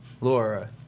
Laura